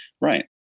right